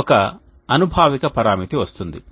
ఒక అనుభావిక పరామితి వస్తుంది